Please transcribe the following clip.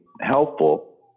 helpful